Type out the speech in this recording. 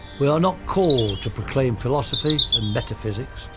we are not called to proclaim philosophy, and metaphysics,